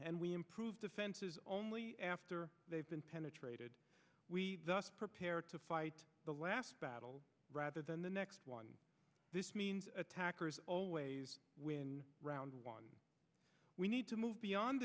and we improve defenses only after they've been penetrated we prepared to fight the last battle rather than the next one this means attackers always win round one we need to move beyond